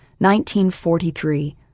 1943